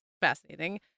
fascinating